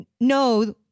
no